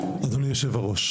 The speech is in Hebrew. אדוני יושב הראש,